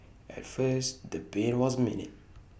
at first the pain was minute